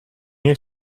nie